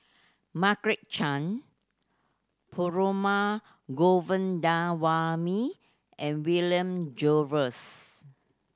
Margaret Chan Perumal Govindaswamy and William Jervois